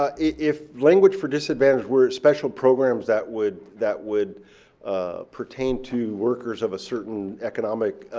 ah if language for disadvantage, where special programs, that would that would pertain to workers of a certain economic